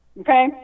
okay